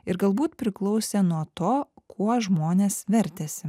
ir galbūt priklausė nuo to kuo žmonės vertėsi